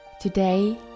Today